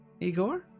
Igor